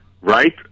right